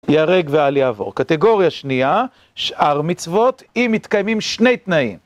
יהרג ואל יעבור, קטגוריה שנייה, שאר מצוות, אם מתקיימים שני תנאים.